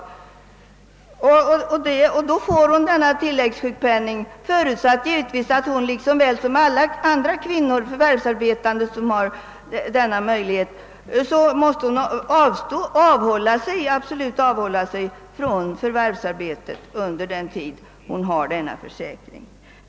Då får hon denna tilläggssjukpenning, givetvis under samma förutsättning som gäller för andra förvärvsarbetande kvinnor, nämligen att hon absolut avhåller sig från förvärvsarbete under den tid hon är ledig för barnsbörden.